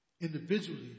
Individually